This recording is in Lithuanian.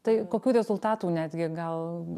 tai kokių rezultatų netgi gal